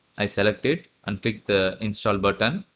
i select it and click the install button.